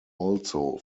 also